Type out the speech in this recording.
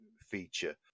feature